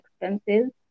expenses